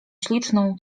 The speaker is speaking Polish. śliczną